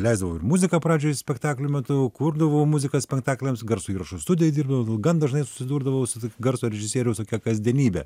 leisdavau ir muziką pradžioj spektaklio metu kurdavau muziką spektakliams garso įrašų studijoj dirbdavau gan dažnai susidurdavau su to garso režisieriaus tokia kasdienybe